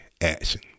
action